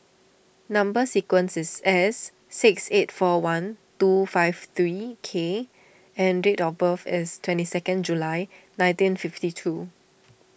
Number Sequence is S six eight four one two five three K and date of birth is twenty second July nineteen fifty two